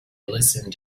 listened